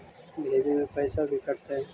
भेजे में पैसा भी कटतै?